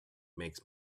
makes